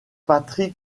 patrick